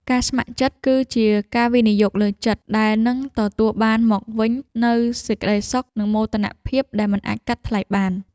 ការស្ម័គ្រចិត្តគឺជាការវិនិយោគលើចិត្ត ដែលនឹងទទួលបានមកវិញនូវសេចក្តីសុខ និងមោទនភាពដែលមិនអាចកាត់ថ្លៃបាន។